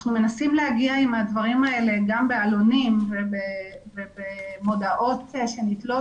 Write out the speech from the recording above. אנחנו מנסים להגיע עם הדברים האלה גם עם עלונים ומודעות שנתלות